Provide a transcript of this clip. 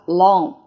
long